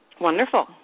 Wonderful